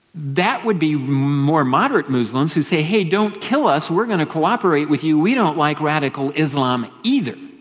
that would be more moderate muslims who say, hey, don't kill us, we're going to cooperate with you. we don't like radical islam either.